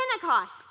Pentecost